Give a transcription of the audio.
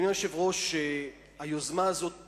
אדוני היושב-ראש, היוזמה הזאת פסולה,